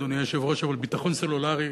אדוני היושב-ראש, אבל ביטחון סלולרי,